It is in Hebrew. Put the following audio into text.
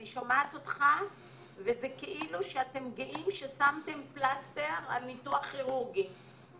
אני שומעת אותך וזה כאילו שאתם גאים ששמתם פלסטר על ניתוח כירורגי.